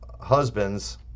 husbands